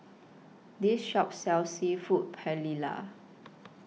This Shop sells Seafood Paella